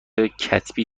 کتبی